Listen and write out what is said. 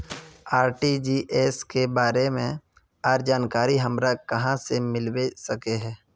RTGS के बारे में आर जानकारी हमरा कहाँ से मिलबे सके है?